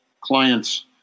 clients